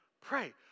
pray